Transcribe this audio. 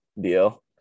deal